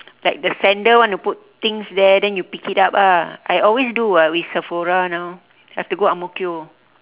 like the sender wanna put things there then you pick it up ah I always do [what] with sephora now have to go ang-mo-kio